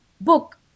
book